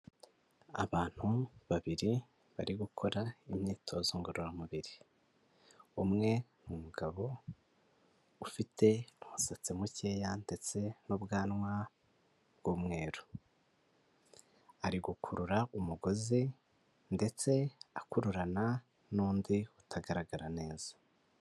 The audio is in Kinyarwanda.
Abantu babiri bari gukora imyitozo ngororamubiri umwe ni mugabo ufite umusatsi mukeya ndetse n'ubwanwa bw'umweru ari gukurura umugozi ndetse akururana nndi utagaragara neza.